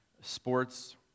sports